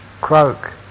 croak